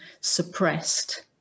suppressed